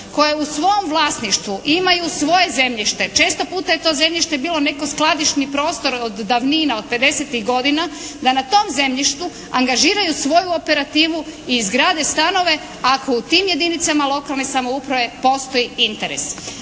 koje u svom vlasništvu imaju svoje zemljište, često puta je to zemljište bilo neki skladišni prostor od davnina, od 50-tih godina, da na tom zemljištu angažiraju svoju operativu i izgrade stanove ako u tim jedinicama lokalne samouprave postoji interes.